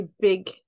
big